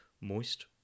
moist